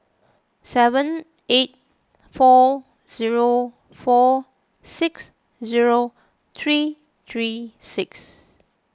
seven eight four zero four six zero three three six